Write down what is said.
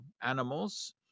animals